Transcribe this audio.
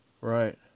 right